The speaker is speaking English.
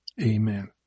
amen